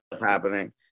happening